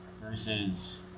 Versus